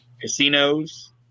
casinos